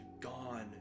gone